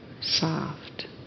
soft